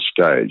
stage